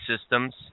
systems